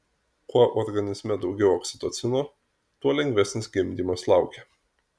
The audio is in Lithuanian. kuo organizme daugiau oksitocino tuo lengvesnis gimdymas laukia